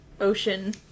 ocean